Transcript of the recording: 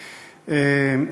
תודה,